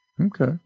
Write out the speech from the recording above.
Okay